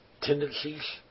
tendencies